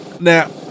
Now